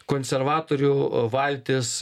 konservatorių valtis